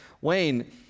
Wayne